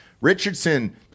Richardson